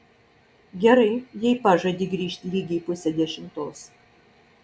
gerai jei pažadi grįžt lygiai pusę dešimtos